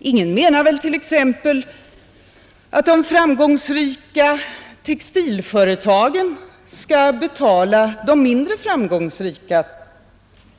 Ingen menar väl t.ex. att de framgångsrika textilföretagen skall betala de mindre framgångsrika